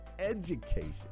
education